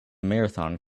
marathon